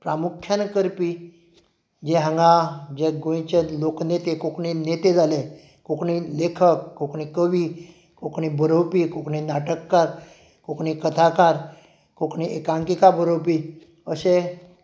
प्रामुख्यान करपी जे हांगा जे गोंयचे लोक नेते कोंकणींत नेते जाले कोंकणी लेखक कोंकणी कवी कोंकणी बरोवपी कोंकणी नाटककार कोंकणी कथाकार कोंकणी एकांकीका बरोवपी अशे